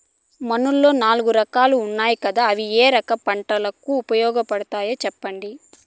మన్నులో నాలుగు రకాలు ఉన్నాయి కదా అవి ఏ రకం పంటలకు ఉపయోగపడతాయి చెప్పండి?